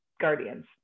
guardians